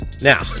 Now